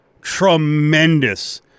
tremendous